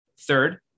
Third